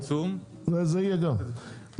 זה יהיה גם,